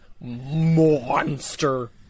monster